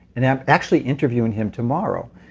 and i'm actually interviewing him tomorrow,